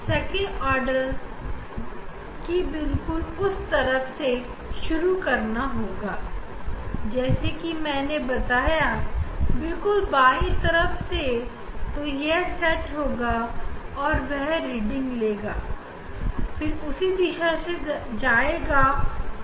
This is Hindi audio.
हम सेकंड ऑर्डर बिल्कुल बाएँ तरफ से शुरू हो रहा है इसलिए हम टेलीस्कोप के क्रॉसवायर को उस पर सेट कर देंगे और वरनियर 1 और वरनियर 2 से रीडिंग लेते हुए उसी दिशा में आगे जाएंगे